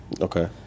Okay